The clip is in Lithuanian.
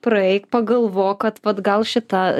praeik pagalvok kad vat gal šita